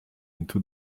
into